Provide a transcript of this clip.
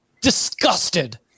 disgusted